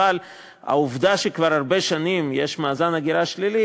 אבל העובדה שכבר הרבה שנים יש מאזן הגירה שלילי